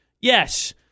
Yes